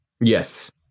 Yes